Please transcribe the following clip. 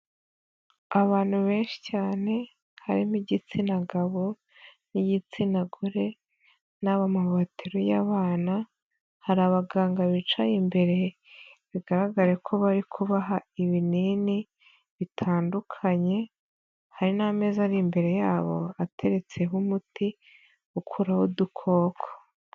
Abantu benshi cyane harimo igitsina gabo n'igitsina gore, n'abamama bateruye abana, hari abaganga bicaye imbere, bigaragare ko bari kubaha ibinini bitandukanye, hari n'ameza ari imbere yabo ateretseho umuti ukuraho udukoko.